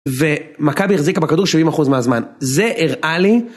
ומכבי החזיקה בכדור 70% מהזמן, זה הראה לי...